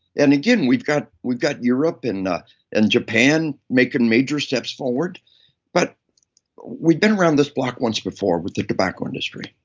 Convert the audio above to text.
and again, we've got we've got europe ah and japan making major steps forward but we've been around this block once before with the tobacco industry.